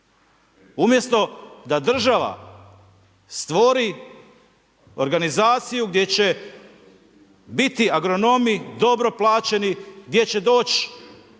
Umjesto da država stvori organizaciju gdje će biti agronomi dobro plaćeni gdje će doći